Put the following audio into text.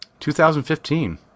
2015